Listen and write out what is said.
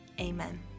amen